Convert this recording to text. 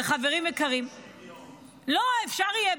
וחברים יקרים --- למה רק 30 יום?